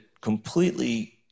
completely